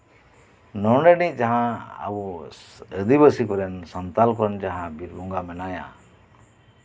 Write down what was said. ᱱᱚᱰᱮᱱᱤᱡ ᱡᱟᱦᱟᱸ ᱟᱹᱫᱤᱵᱟᱹᱥᱤ ᱠᱚᱨᱮᱱ ᱥᱟᱱᱛᱟᱲ ᱠᱚᱨᱮᱱ ᱡᱟᱦᱟᱸ ᱵᱤᱨ ᱵᱚᱸᱜᱟ ᱢᱮᱱᱟᱭᱟ